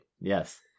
yes